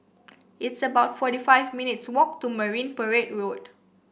it's about forty five minutes' walk to Marine Parade Road